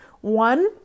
One